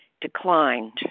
declined